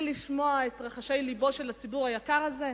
לשמוע את רחשי לבו של הציבור היקר הזה?